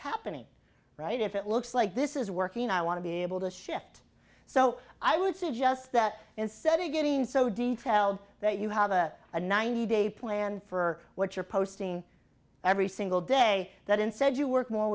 happening right if it looks like this is working i want to be able to shift so i would suggest that instead of getting so detailed that you have a a ninety day plan for what you're posting every single day that instead you work more